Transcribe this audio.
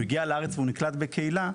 והוא הגיע לארץ והוא נקלט בקהילה,